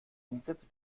umsätze